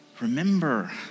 remember